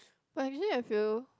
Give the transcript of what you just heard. but actually have you